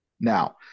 now